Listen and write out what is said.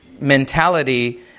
mentality